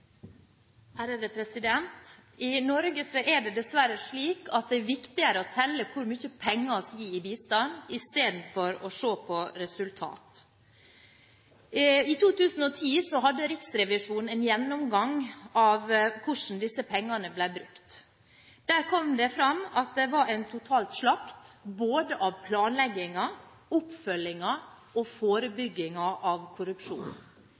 viktigere å telle hvor mye penger vi gir i bistand, enn å se på resultatet. I 2010 hadde Riksrevisjonen en gjennomgang av hvordan disse pengene ble brukt. Der kom det fram at det var total slakt både av planleggingen, av oppfølgingen og av forebyggingen av korrupsjon.